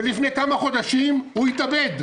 ולפני כמה חודשים הוא התאבד.